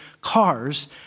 cars